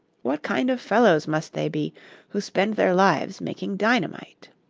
what kind of fellows must they be who spend their lives making dynamite!